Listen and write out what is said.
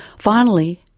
finally,